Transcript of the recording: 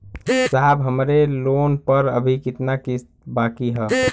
साहब हमरे लोन पर अभी कितना किस्त बाकी ह?